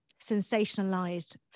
sensationalized